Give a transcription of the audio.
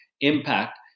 impact